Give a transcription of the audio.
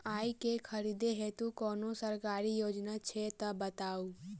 आइ केँ खरीदै हेतु कोनो सरकारी योजना छै तऽ बताउ?